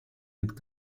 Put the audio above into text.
with